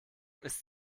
ist